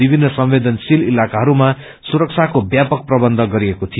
विभिन्न संवदेशनशील इताकाहरूमा सुरक्षाको व्यापक प्रवन्ध गरिएको थियो